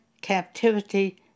captivity